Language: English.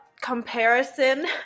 comparison